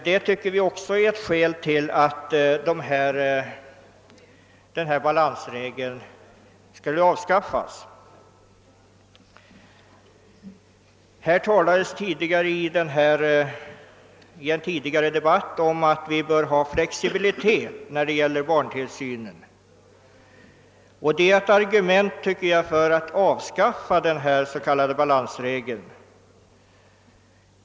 Det tycker vi också är ett skäl för att avskaffa balansregeln. Här talades i en tidigare debatt om att vi bör ha flexibilitet i fråga om barntillsynen. Det är enligt min mening ett argument för att avskaffa balansregeln.